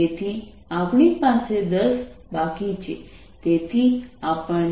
તેથી આપણી પાસે 10 બાકી છે તેથી આપણને 6 વોલ્ટ મળશે